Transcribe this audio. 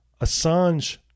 Assange